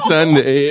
Sunday